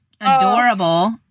adorable